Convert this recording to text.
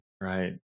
right